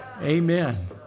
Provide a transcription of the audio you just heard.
amen